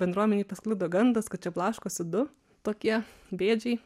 bendruomenėj pasklido gandas kad čia blaškosi du tokie bėdžiai